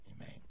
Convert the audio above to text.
Amen